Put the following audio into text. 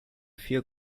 vier